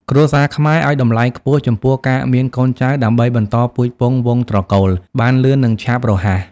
គ្រួសារខ្មែរឲ្យតម្លៃខ្ពស់ចំពោះការមានកូនចៅដើម្បីបន្តពូជពង្សវង្សត្រកូលបានលឿននឹងឆាប់រហ័ស ។